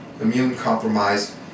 immune-compromised